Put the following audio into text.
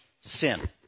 sin